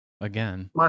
Again